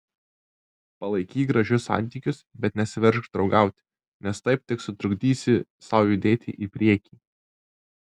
palaikyk gražius santykius bet nesiveržk draugauti nes taip tik trukdysi sau judėti į priekį